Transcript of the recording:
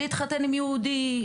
להתחתן עם יהודי,